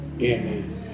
Amen